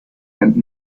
and